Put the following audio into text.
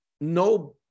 no